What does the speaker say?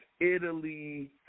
Italy